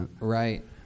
Right